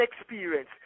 experience